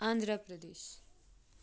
Andhra Pradesh